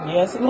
Yes